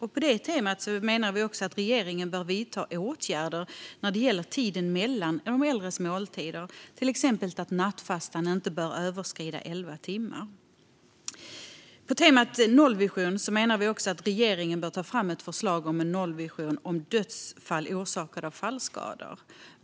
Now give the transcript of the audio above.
Vi menar också att regeringen bör vidta åtgärder när det gäller tiden mellan de äldres måltider, till exempel att nattfastan inte bör överskrida elva timmar. På temat nollvision menar vi också att regeringen bör ta fram ett förslag om en nollvision om dödsfall orsakade av fallskador.